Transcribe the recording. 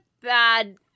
bad